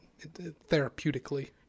therapeutically